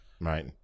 right